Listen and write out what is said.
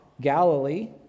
Galilee